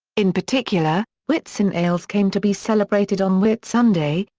in particular, whitsun ales came to be celebrated on whitsunday,